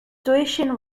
tuition